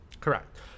Correct